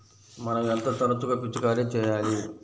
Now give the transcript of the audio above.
మనం ఎంత తరచుగా పిచికారీ చేయాలి?